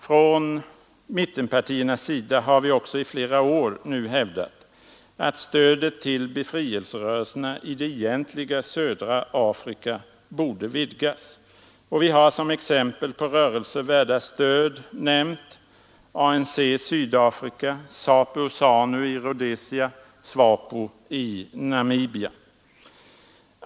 Från mittenpartiernas sida har vi också i flera år hävdat att stödet till befrielserörelserna i det egentliga södra Afrika borde vidgas, och vi har som exempel på rörelser värda stöd nämnt ANC-Sydafrika, ZAPU och ZANU i Rhodesia, SWAPO i Namibia.